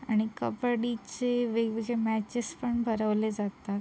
आणि कबड्डीचे वेगवेगळे मॅचेस पण भरवले जातात